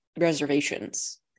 reservations